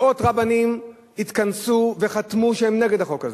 מאות רבנים התכנסו וחתמו שהם נגד החוק הזה.